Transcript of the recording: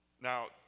Now